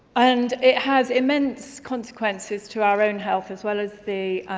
and it has immense consequences to our own health as well as the